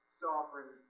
sovereign